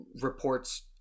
reports